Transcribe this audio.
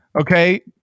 Okay